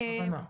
כוונה.